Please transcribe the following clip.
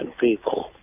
people